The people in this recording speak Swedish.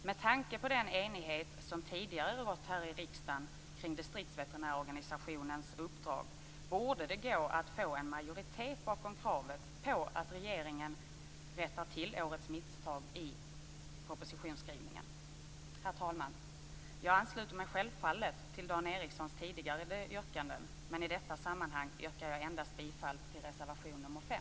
Med tanke på den enighet som tidigare rått här i riksdagen kring distriktsveterinärorganisationens uppdrag borde det gå att få en majoritet bakom kravet på att regeringen rättar till årets misstag i propositionsskrivningen. Herr talman! Jag ansluter mig självfallet till Dan Ericssons tidigare yrkanden, men i detta sammanhang yrkar jag bifall endast till reservation 5.